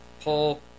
Paul